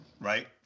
right